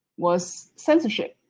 was censorship.